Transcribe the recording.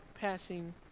passing